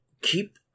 Keep